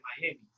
Miami